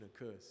occurs